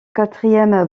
quatrième